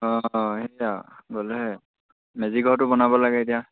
অঁ সেইয়া গ'লেহে মেজিঘৰটো বনাব লাগে এতিয়া